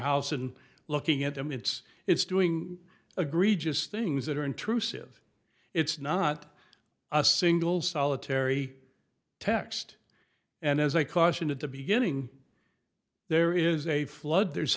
house and looking at them it's it's doing agree just things that are intrusive it's not a single solitary text and as i cautioned at the beginning there is a flood there's